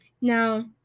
Now